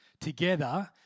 together